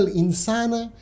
insana